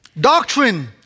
Doctrine